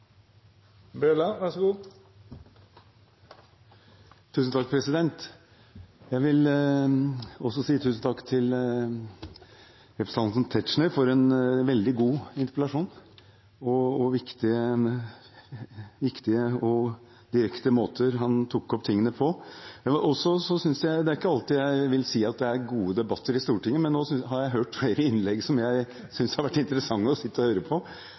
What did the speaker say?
for den viktige og direkte måten han tok opp tingene på. Det er ikke alltid jeg vil si at det er gode debatter i Stortinget, men nå har jeg hørt flere innlegg som jeg synes har vært interessante å sitte og høre på.